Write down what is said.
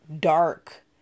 dark